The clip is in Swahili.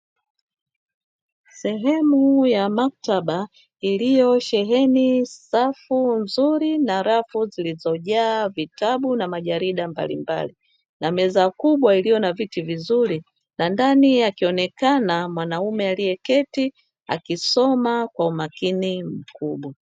Sehemu ya maktaba, iliyosheheni safu nzuri na rafu zilizojaa vitabu na majalida mbalimbali na meza kubwa iliyo na viti vizuri. Na ndani akionekana mwanaume aliyeketi akisoma kwa umakini mkubwa.